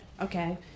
okay